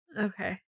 Okay